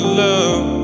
love